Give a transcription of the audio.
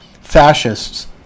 fascists